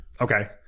Okay